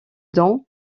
dents